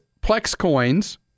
Plexcoins